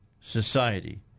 society